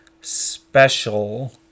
special